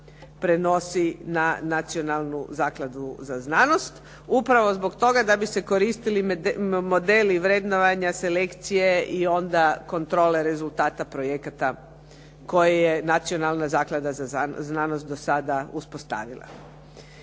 prenosi na Nacionalnu zakladu za znanost. Upravo zbog toga da bi se koristili modeli vrednovanja, selekcije i onda kontrole rezultata projekata koje je Nacionalna zaklada za znanost do sada uspostavila.